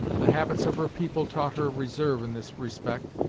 the habits of her people taught her reserve in this respect,